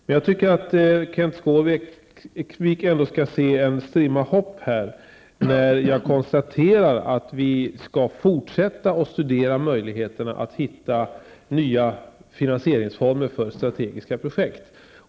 Kenth Skårvik skall ändå se en strimma av hopp, eftersom vi skall fortsätta att studera möjligheterna att finna nya finansieringsformer för strategiska projekt.